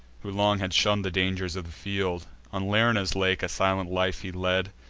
who long had shunn'd the dangers of the field on lerna's lake a silent life he led,